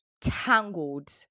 tangled